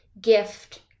gift